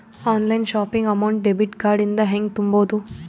Online shopping amount debit card ಇಂದ ಹೆಂಗ್ ತುಂಬೊದು?